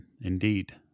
Indeed